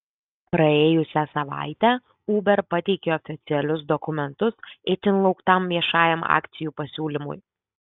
praėjusią savaitę uber pateikė oficialius dokumentus itin lauktam viešajam akcijų pasiūlymui